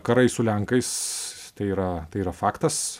karai su lenkais tai yra tai yra faktas